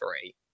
three